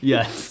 Yes